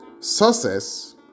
Success